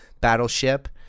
Battleship